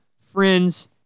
friends